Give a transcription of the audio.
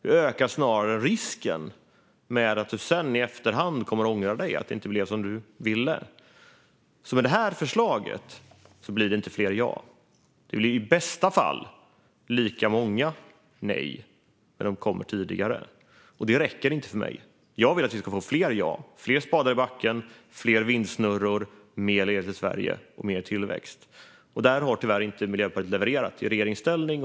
Du ökar snarare risken för att du sedan i efterhand kommer att ångra dig för att det inte blev som du ville. Med det här förslaget blir det inte fler ja. Det blir i bästa fall lika många nej, men de kommer tidigare. Det räcker inte för mig. Jag vill att vi ska få fler ja, fler spadar i backen, fler vindsnurror, mer el till Sverige och mer tillväxt. Där har Miljöpartiet tyvärr inte levererat i regeringsställning.